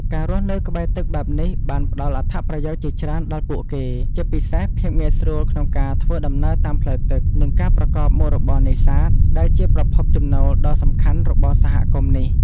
ការរស់នៅក្បែរទឹកបែបនេះបានផ្តល់អត្ថប្រយោជន៍ជាច្រើនដល់ពួកគេ ជាពិសេស ភាពងាយស្រួលក្នុងការធ្វើដំណើរតាមផ្លូវទឹក និង ការប្រកបមុខរបរនេសាទ ដែលជាប្រភពចំណូលដ៏សំខាន់របស់សហគមន៍នេះ។